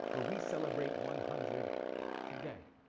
where we celebrate one hundred today.